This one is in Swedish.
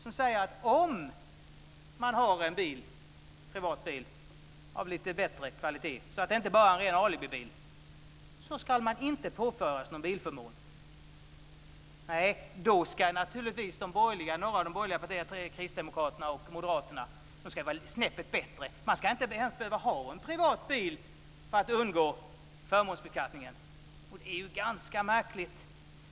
Den säger att om man har en privat bil av lite bättre kvalitet, så att det inte bara är en ren alibi-bil, ska man inte påföras någon bilförmån. Då ska naturligtvis några av de borgerliga partierna, kristdemokraterna och moderaterna, vara snäppet bättre. Man ska inte ens behöva ha en privat bil för att undgå förmånsbeskattningen. Det är ju ganska märkligt.